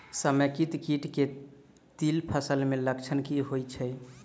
समेकित कीट केँ तिल फसल मे लक्षण की होइ छै?